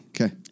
Okay